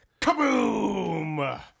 Kaboom